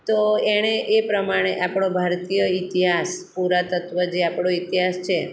તો એણે એ પ્રમાણે આપણો ભારતીય ઇતિહાસ પુરાતત્ત્વ જે આપણો ઇતિહાસ છે